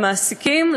למעסיקים,